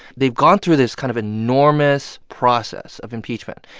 they've gone through this kind of enormous process of impeachment,